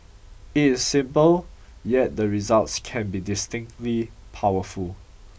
is simple yet the results can be distinctly powerful